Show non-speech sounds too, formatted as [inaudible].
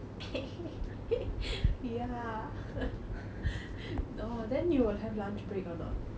[laughs] ya [laughs] no then you will have lunch break or not